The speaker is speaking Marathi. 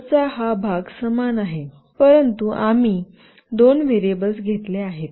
कोडचा हा भाग समान आहे परंतु आम्ही दोन व्हेरिएबल्स घेतले आहेत